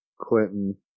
Clinton